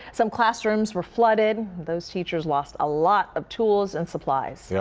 some classrooms were flooded. those teachers lost a lot of tools and supplies. yeah